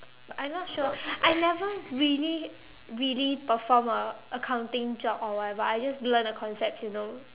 I not sure I never really really perform a accounting job or whatever I just learn the concepts you know